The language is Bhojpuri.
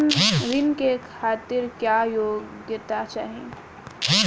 ऋण के खातिर क्या योग्यता चाहीं?